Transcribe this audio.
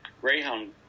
greyhound